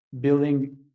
building